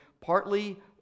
partly